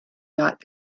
not